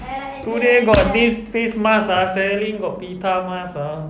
today got this face mask ah selling got pita mask ah